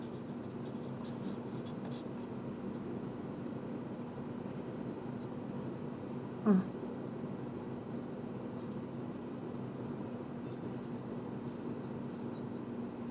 uh